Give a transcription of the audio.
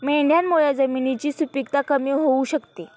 मेंढ्यांमुळे जमिनीची सुपीकता कमी होऊ शकते